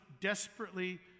desperately